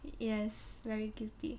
yes very guilty